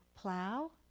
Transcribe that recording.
plow